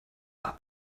war